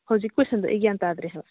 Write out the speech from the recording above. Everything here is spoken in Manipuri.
ꯍꯧꯖꯤꯛ ꯀꯣꯏꯁꯟꯗꯣ ꯑꯩ ꯒ꯭ꯌꯥꯟ ꯇꯥꯗ꯭ꯔꯦ ꯍꯥꯏꯕ